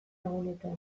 egunetan